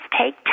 Take